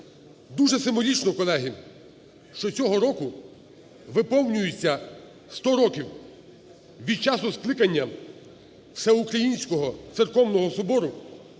Дуже символічно, колеги, що цього року виповнюється 100 років від часу скликання Всеукраїнського церковного собору,